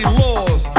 laws